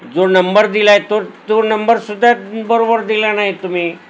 जो नंबर दिला आहे तो तो नंबरसुद्धा बरोबर दिला नाहीत तुम्ही